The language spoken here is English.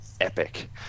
epic